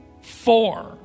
four